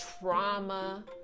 trauma